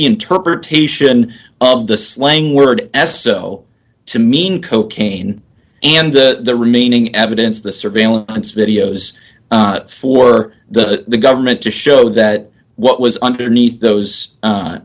interpretation of the slang word as so to mean cocaine and the remaining evidence the surveillance videos for the government to show that what was underneath those